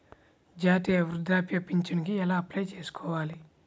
జాతీయ వృద్ధాప్య పింఛనుకి ఎలా అప్లై చేయాలి?